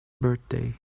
birthday